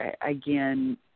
again